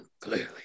clearly